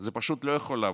זה פשוט לא יכול לעבור.